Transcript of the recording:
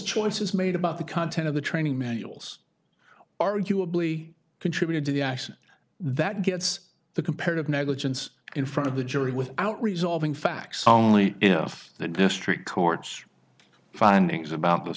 choices made about the content of the training manuals arguably contributed to the accident that gets the comparative negligence in front of the jury without resolving facts only if the district court's findings about th